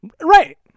Right